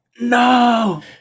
No